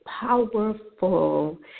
powerful